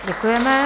Děkujeme.